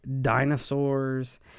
dinosaurs